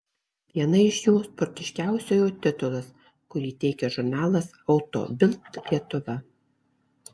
viena iš jų sportiškiausiojo titulas kurį teikia žurnalas auto bild lietuva